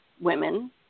women